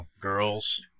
girls